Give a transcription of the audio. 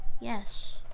Yes